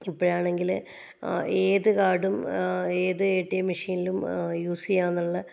ഇപ്പോഴാണെങ്കിൽ ആ ഏത് കാർഡും ഏത് എ ടി എം മെഷീനിലും യൂസ് ചെയ്യാമെന്നുള്ള